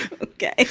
Okay